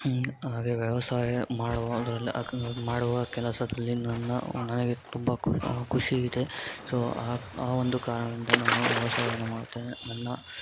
ಹೈನ್ ಹಾಗೆ ವ್ಯವಸಾಯ ಮಾಡುವುದ ಮಾಡುವ ಕೆಲಸದಲ್ಲಿ ನನ್ನ ನನಗೆ ತುಂಬ ಕು ಖುಷಿ ಇದೆ ಸೊ ಆ ಆ ಒಂದು ಕಾರಣದಿಂದ ನಾನು ವ್ಯವಸಾಯವನ್ನು ಮಾಡುತ್ತೇನೆ ನನ್ನ